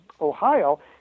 Ohio